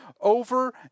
over